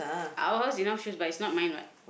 our house enough shoes but it's not mine what